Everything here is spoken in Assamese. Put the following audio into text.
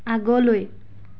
আগলৈ